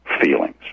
feelings